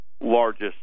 largest